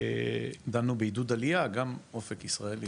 דנו בעידוד עלייה, גם אופק ישראל היה.